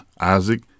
Isaac